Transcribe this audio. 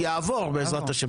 יעבור בעזרת ה',